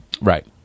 right